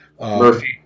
Murphy